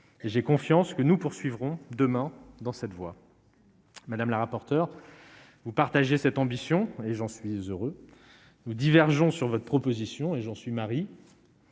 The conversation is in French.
j'ai confiance que nous poursuivrons demain dans cette voie, madame la rapporteure, vous partagez cette ambition et j'en suis heureux nous divergeons sur votre proposition et j'en suis Marie.